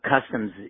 customs